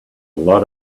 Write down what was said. lot